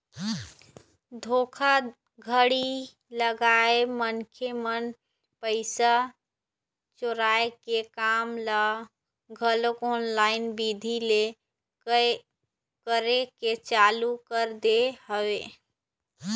धोखाघड़ी करइया मनखे मन पइसा चोराय के काम ल घलोक ऑनलाईन बिधि ले करे के चालू कर दे हवय